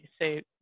say